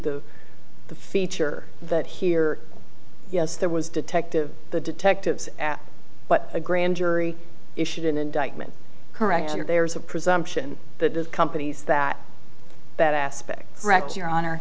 to the feature that here yes there was detective the detectives but a grand jury issued an indictment correct your there's a presumption that the companies that that aspect wrecked your honor